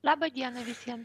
laba diena visiem